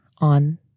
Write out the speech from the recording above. On